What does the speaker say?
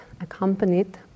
accompanied